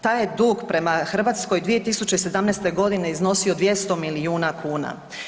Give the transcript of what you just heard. Taj je dug prema Hrvatskoj 2017. godine iznosi 200 milijuna kuna.